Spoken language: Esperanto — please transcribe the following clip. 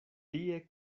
tie